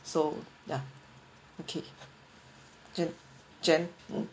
so ya okay jen jen